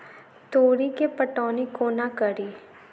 तोरी केँ पटौनी कोना कड़ी?